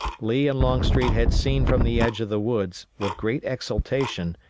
lee and longstreet had seen from the edge of the woods, with great exultation,